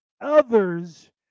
others